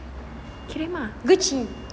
kirim ah